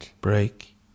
break